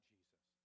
Jesus